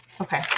Okay